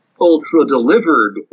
ultra-delivered